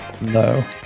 no